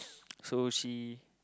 so she